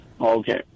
Okay